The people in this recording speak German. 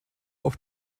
auf